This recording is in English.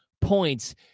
points